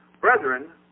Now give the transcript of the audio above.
Brethren